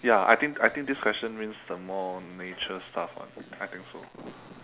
ya I think I think this question means the more nature stuff [one] I think so